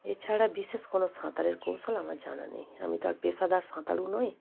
এছাড়া বিশেষ কোনো সাঁতারের কৌশল আমার জানা নেই আমি তো আর পেশাদার সাঁতারু নই